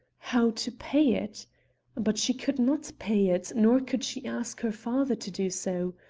how to pay it but she could not pay it, nor could she ask her father to do so.